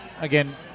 again